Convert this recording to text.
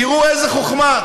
תראו איזה חוכמה,